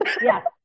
yes